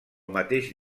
mateix